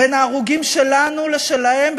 בין ההרוגים שלנו לשלהם,